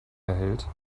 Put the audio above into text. erhält